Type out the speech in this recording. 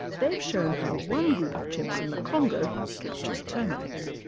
they've shown how one group of chimps in the congo captures termites.